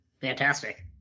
Fantastic